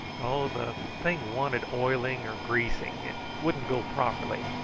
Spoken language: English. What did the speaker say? oh, the thing wanted oiling or greasing it wouldn't go properly.